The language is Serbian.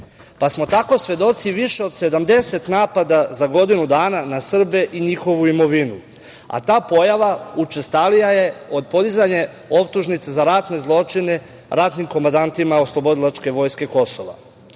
pa smo tako svedoci više od 70 napada za godinu dana na Srbe i njihovu imovinu, a ta pojava učestalija je od podizanja optužnice za ratne zločine ratnim komandantima OVK, pa je tako